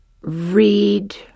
read